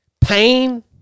pain